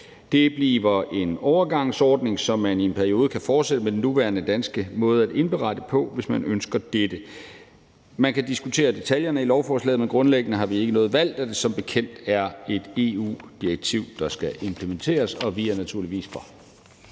Der bliver en overgangsordning, så man i en periode kan fortsætte med den nuværende danske måde at indberette på, hvis man ønsker dette. Man kan diskutere detaljerne i lovforslaget, men grundlæggende har vi ikke noget valg, da det som bekendt er et EU-direktiv, der skal implementeres. Vi stemmer naturligvis for.